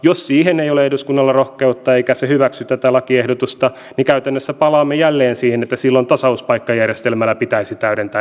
jos siihen ei ole eduskunnalla rohkeutta eikä se hyväksy tätä lakiehdotusta käytännössä palaamme jälleen siihen että silloin tasauspaikkajärjestelmällä pitäisi täydentää nykyjärjestelmää